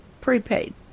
prepaid